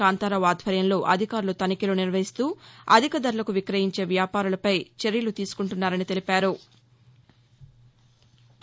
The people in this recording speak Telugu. కాంతారావు ఆధ్వర్యంలో అధికారులు తనిఖీలు నిర్వహిస్తూ అధిక ధరలకు విక్రయించే వ్యాపారులపై చర్యలు తీసుకుంటున్నారని తెలిపారు